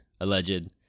Alleged